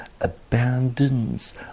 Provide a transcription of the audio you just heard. abandons